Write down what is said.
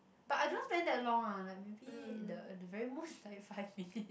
but I don't want spend that long ah like maybe the the very most is like five minute